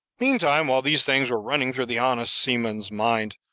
meantime, while these things were running through the honest seaman's mind,